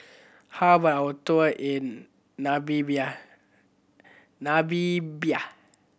how about a tour in Namibia